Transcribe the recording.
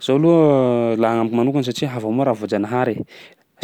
Zaho aloha, laha amiko manokana satsia hafa avao moa raha voajanahary.